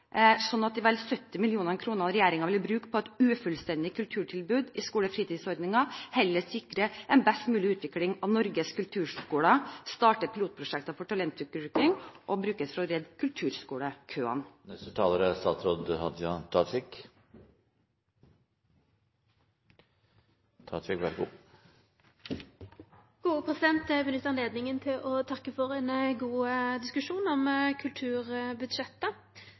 sånn at de vel 70 mill. kr regjeringen ville bruke på et ufullstendig kulturtilbud i skolefritidsordningen, heller sikrer en best mulig utvikling av Norges kulturskoler, starter pilotprosjekter for talentutvikling og brukes for å redde kulturskolekøene. Eg vil nytte anledninga til å takke for ein god diskusjon om kulturbudsjettet.